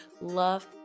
love